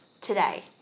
today